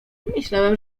myślałem